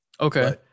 Okay